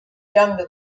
younger